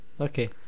Okay